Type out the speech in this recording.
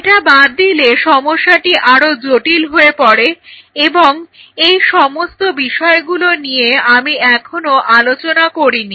এটা বাদ দিলে সমস্যাটি আরো জটিল হয়ে পড়ে এবং এই সমস্ত বিষয়গুলো নিয়ে আমি এখনো আলোচনা করিনি